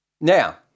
Now